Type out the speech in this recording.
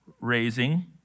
raising